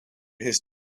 his